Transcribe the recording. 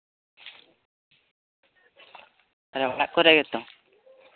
ᱛᱟᱞᱦᱮ ᱚᱲᱟᱜ ᱠᱚᱨᱮ ᱜᱮᱛᱚ